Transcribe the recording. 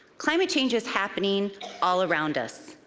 climate change is happening all around us.